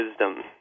wisdom